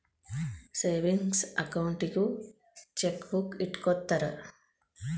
savings ಅಕೌಂಟಿಗೂ chequebook ಇಟ್ಟ್ಕೊತ್ತರ